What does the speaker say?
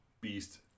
Beast